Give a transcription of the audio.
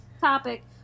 topic